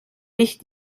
ich